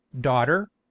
daughter